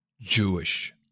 Jewish